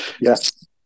yes